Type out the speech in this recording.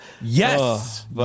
Yes